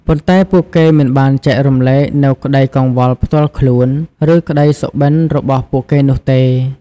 ប៉ុន្តែពួកគេមិនបានចែករំលែកនូវក្តីកង្វល់ផ្ទាល់ខ្លួន ឬក្តីសុបិន្តរបស់ពួកគេនោះទេ។